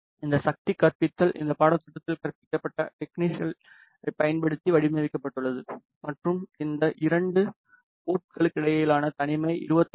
இந்த சக்தி கற்பித்தல் இந்த பாடத்திட்டத்தில் கற்பிக்கப்பட்ட டெக்னீக்களை பயன்படுத்தி வடிவமைக்கப்பட்டுள்ளது மற்றும் இந்த இரண்டு போர்ட்களுக்கிடையேயான தனிமை 25 டி